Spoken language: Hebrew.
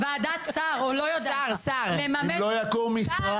ועדת שר, או לא יודעת --- אם לא יקום משרד,